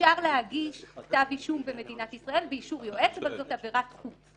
אפשר להגיש כתב אישום במדינת ישראל באישור יועץ אבל זו עבירת חוץ.